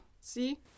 See